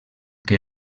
que